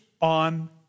on